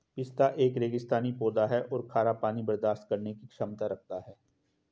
पिस्ता एक रेगिस्तानी पौधा है और खारा पानी बर्दाश्त करने की क्षमता रखता है